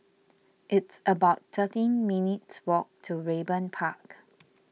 it's about thirteen minutes' walk to Raeburn Park